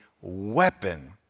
weapon